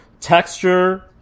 Texture